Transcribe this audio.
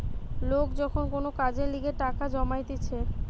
লোক যখন কোন কাজের লিগে টাকা জমাইতিছে